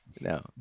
no